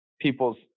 people's